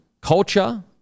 culture